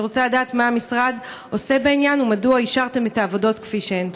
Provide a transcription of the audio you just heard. אני רוצה לדעת מה המשרד עושה בעניין ומדוע אישרתם את העבודות כפי שהן.